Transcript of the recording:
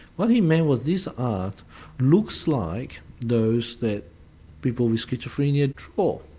what he meant was this art looks like those that people with schizophrenia draw. it